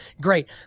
Great